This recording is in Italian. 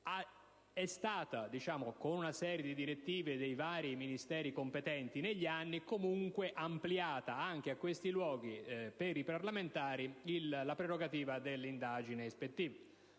Comunque, con una serie di direttive dei vari Ministeri competenti, negli anni è stata ampliata anche a questi luoghi per i parlamentari la prerogativa dell'indagine ispettiva,